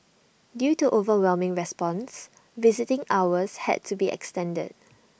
due to overwhelming response visiting hours had to be extended